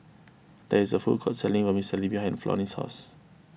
there is a food court selling Vermicelli behind Flonnie's house